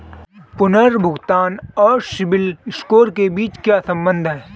पुनर्भुगतान और CIBIL score के बीच क्या संबंध है?